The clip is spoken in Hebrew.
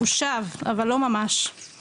הוא שב אבל לא ממש.